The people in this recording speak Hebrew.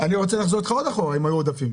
אני רוצה לחזור איתך עוד אחורה אם היו עודפים.